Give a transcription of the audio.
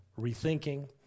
rethinking